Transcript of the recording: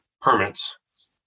permits